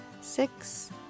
six